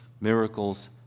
miracles